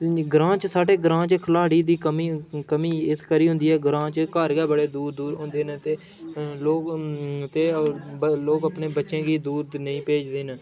ग्रांऽ च साढ़े ग्रांऽ च खलाह्ड़ी दी कमी इस करी होंदी ऐ ग्रांऽ च घर गै बड़ै दूर दूर होंदे न ते लोक ते लोक अपने बच्चें गी दूर नेईं भेजदे न